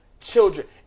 children